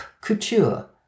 couture